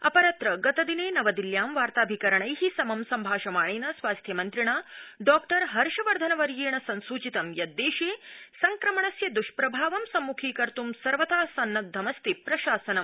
अपरत्र गतदिने नवदिल्यां वार्ताभिकरणै समं सम्भाषणेन स्वास्थ्यमन्त्रिणा डॉक्टर हर्षवर्धन वर्येण संसूचितं यत् देशे संक्रमणस्य दृष्प्रभावं सम्मुखीकर्त् सर्वथा सन्नद्वमस्ति प्रशासनम्